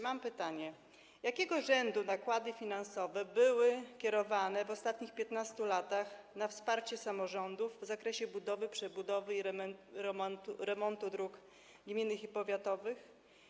Mam pytanie: Jakiego rzędu nakłady finansowe były kierowane w ostatnich 15 latach na wsparcie samorządów w zakresie budowy, przebudowy i remontu dróg gminnych i powiatowych?